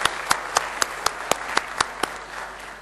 כפיים)